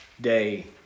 day